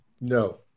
No